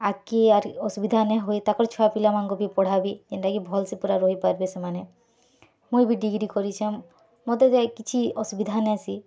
ଆଗ୍କେ ଆର୍ ଅସୁବିଧା ନାଇହଏ ତାଙ୍କର୍ ଛୁଆପିଲାମାନ୍ଙ୍କୁ ବି ପଢ଼ାବି ଏନ୍ତାକି ଭଲ୍ସେ ପୁରା ରହିପାର୍ବେ ସେମାନେ ମୁଇଁ ବି ଡ଼ିଗ୍ରୀ କରିଚେଁ ମୋତେ ତ କିଛି ଅସୁବିଧା ନାଏସିଁ